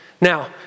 Now